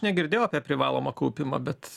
negirdėjau apie privalomą kaupimą bet